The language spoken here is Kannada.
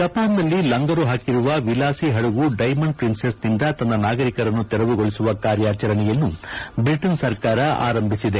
ಜಪಾನ್ನಲ್ಲಿ ಲಂಗರು ಪಾಕಿರುವ ವಿಲಾಸಿ ಪಡಗು ಡೈಮಂಡ್ ಪ್ರಿನ್ಸೆಸ್ನಿಂದ ತನ್ನ ನಾಗರಿಕರನ್ನು ತೆರವುಗೊಳಿಸುವ ಕಾರ್ಯಾಚರಣೆಯನ್ನು ಬ್ರಿಟನ್ ಸರ್ಕಾರ ಆರಂಭಿಸಿದೆ